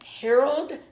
Harold